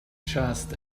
just